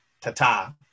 ta-ta